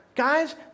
guys